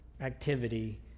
activity